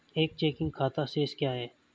एक चेकिंग खाता शेष क्या है?